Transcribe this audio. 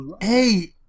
hey